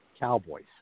Cowboys